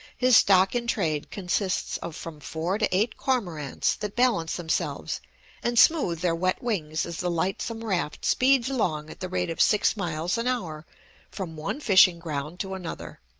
his stock-in-trade consists of from four to eight cormorants that balance themselves and smooth their wet wings as the lightsome raft speeds along at the rate of six miles an hour from one fishing ground to another.